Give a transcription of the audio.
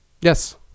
Yes